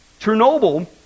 Chernobyl